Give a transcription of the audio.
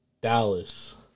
Dallas